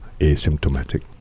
asymptomatic